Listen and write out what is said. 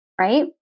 right